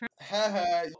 Haha